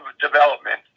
development